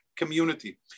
community